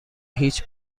هیچ